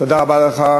תודה רבה לך.